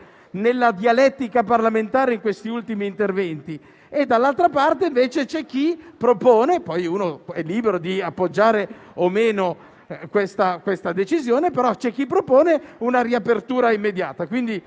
nella dialettica parlamentare in questi ultimi interventi. Per altro verso, invece, c'è chi propone - poi uno è libero di appoggiare o meno questa decisione - una riapertura immediata.